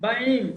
באים,